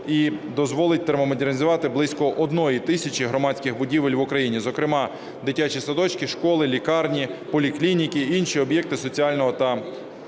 і дозволить термомодернізувати близько 1 тисячі громадських будівель в Україні, зокрема дитячі садочки, школи, лікарні, поліклініки, інші об'єкти соціального та